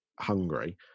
hungry